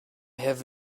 have